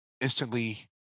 instantly